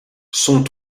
son